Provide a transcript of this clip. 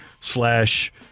slash